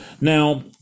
Now